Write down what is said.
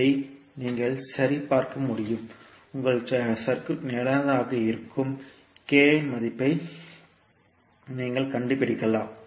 இதை நீங்கள் சரிபார்க்க முடியும் உங்கள் சுற்று நிலையானதாக இருக்கும் k இன் மதிப்பை நீங்கள் கண்டுபிடிக்கலாம்